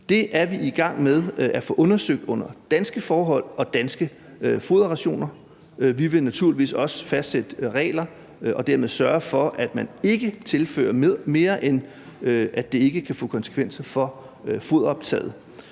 Det er vi i gang med at få undersøgt under danske forhold og danske foderrationer. Vi vil naturligvis også fastsætte regler og dermed sørge for, at man ikke tilfører mere, end at det ikke kan få konsekvenser for foderoptaget.